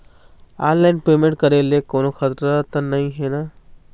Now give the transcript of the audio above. Online payment करे ले कोन्हो खतरा त नई हे न?